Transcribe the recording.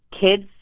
kids